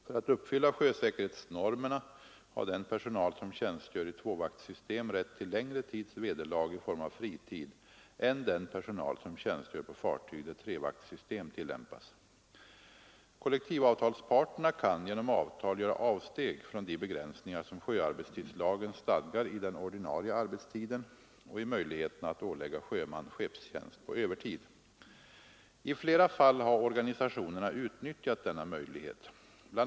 För att uppfylla sjösäkerhetsnormerna har den personal som tjänstgör i tvåvaktssystem rätt till längre tids vederlag i form av fritid än den personal som tjänstgör på fartyg där trevaktssystem tillämpas. Kollektivavtalsparterna kan genom avtal göra avsteg från de begränsningar som sjöarbetstidslagen stadgar i den ordinarie arbetstiden och i möjligheterna att ålägga sjöman skeppstjänst på övertid. I flera fall har organisationerna utnyttjat denna möjlighet. Bl.